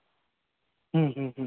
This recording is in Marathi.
हं हं हं